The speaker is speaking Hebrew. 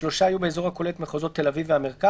שלושה יהיו באזור הכולל את מחוזות תל אביב והמרכז